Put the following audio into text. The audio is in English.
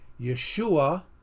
yeshua